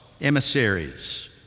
emissaries